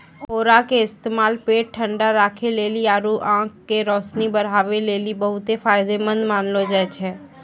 औरा के इस्तेमाल पेट ठंडा राखै लेली आरु आंख के रोशनी बढ़ाबै लेली बहुते फायदामंद मानलो जाय छै